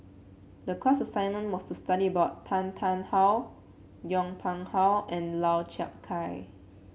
the class assignment was to study about Tan Tarn How Yong Pung How and Lau Chiap Khai